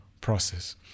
process